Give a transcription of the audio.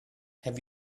have